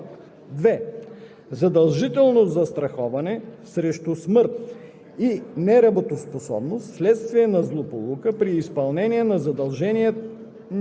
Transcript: и униформено облекло при условия и по ред, определени с наредбата на Министерския съвет по чл. 58, ал. 1; 2.